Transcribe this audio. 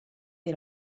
dei